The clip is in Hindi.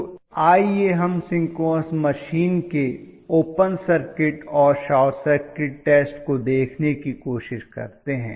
तो आइए हम सिंक्रोनस मशीन के ओपन सर्किट और शॉर्ट सर्किट टेस्ट को देखने की कोशिश करते हैं